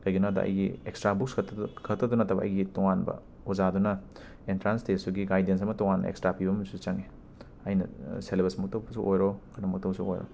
ꯀꯩꯒꯤꯅꯣꯗ ꯑꯩꯒꯤ extra books ꯈꯛꯇꯗ ꯈꯛꯇꯗ ꯅꯠꯇꯕ ꯑꯩꯒꯤ ꯇꯣꯉꯥꯟꯕ ꯑꯣꯖꯥꯗꯨꯅ ꯑꯦꯟꯇ꯭ꯔꯥꯟꯁ ꯇꯦꯁꯁꯨꯒꯤ ꯒꯥꯏꯗꯦꯟꯁ ꯑꯃ ꯇꯣꯉꯥꯟꯅ ꯑꯦꯛꯁꯇ꯭ꯔꯥ ꯄꯤꯕ ꯑꯃꯁꯨ ꯆꯪꯉꯦ ꯑꯩꯅ ꯁꯦꯂꯦꯕꯁꯃꯨꯛꯇꯕꯨꯁꯨ ꯑꯣꯏꯔꯣ ꯑꯗꯨꯝꯕ ꯑꯣꯏꯔꯣ